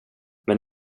men